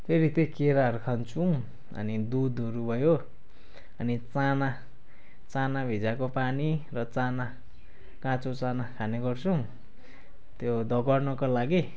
फेरि त्यही केराहरू खान्छौँ अनि दुधहरू भयो अनि चाना चाना भिजाएको पानी र चाना काँचो चाना खाने गर्छौँ त्यो दगुर्नको लागि